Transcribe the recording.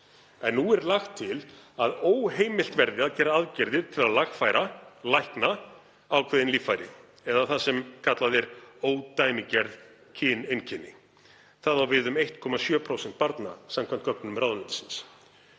En nú er lagt til að óheimilt verði að gera aðgerðir til að lagfæra, lækna, ákveðin líffæri eða það sem kallað er ódæmigerð kyneinkenni. Það á við um 1,7% barna samkvæmt gögnum ráðuneytisins.